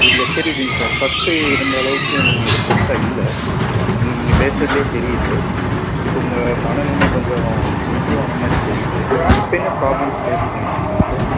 இல்லை தெரியுதுங்க sir first இருந்த அளவுக்கு நீங்கள் டிப்ரெஸ்டாக இல்லை நீங்கள் பேசுகிறதுலே தெரியுது இப்போ உங்கள் மனநிலமை கொஞ்சம் இம்ப்ரூவ் ஆன மாதிரி தெரியுது இப்போ என்ன ப்ராப்ளம்ஸ் ஃபேஸ் பண்ணிக்கிட்டிருக்கிங்க சார்